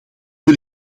wil